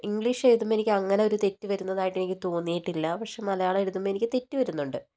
English എഴുതുമ്പോൾ എനിക്ക് അങ്ങനൊരു തെറ്റു വരുന്നതായിട്ട് എനിക്ക് തോന്നിയിട്ടില്ല പക്ഷെ മലയാളം എഴുതുമ്പോൾ എനിക്കു തെറ്റു വരുന്നുണ്ട്